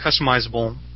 customizable